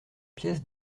pièces